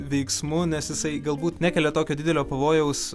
veiksmu nes jisai galbūt nekelia tokio didelio pavojaus